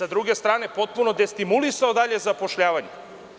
Sa druge strane je potpuno destimulisao dalje zapošljavanje.